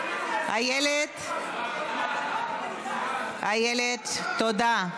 איילת, איילת, תודה.